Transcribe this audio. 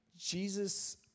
Jesus